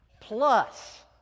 Plus